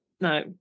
No